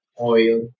oil